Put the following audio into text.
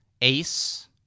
ace